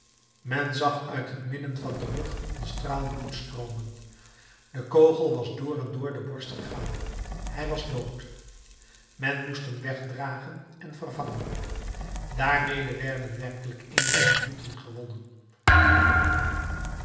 men zag uit het midden van den rug een straal bloed stroomen de kogel was door en door de borst gegaan hij was dood men moest hem wegdragen en vervangen daarmede werden werkelijk eenige minuten gewonnen